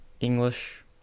English